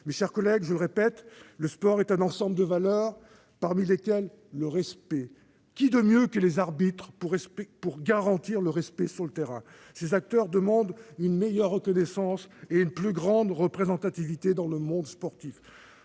Mes chers collègues, le sport est un ensemble de valeurs, parmi lesquelles figure le respect. Qui de mieux que les arbitres pour garantir le respect sur le terrain ? Ces acteurs demandent une meilleure reconnaissance et une plus grande représentativité dans le monde sportif.